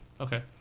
Okay